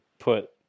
Put